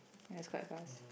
ya it's quite fast